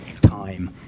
time